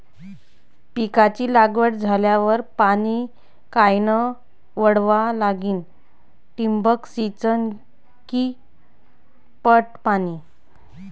पिकाची लागवड झाल्यावर पाणी कायनं वळवा लागीन? ठिबक सिंचन की पट पाणी?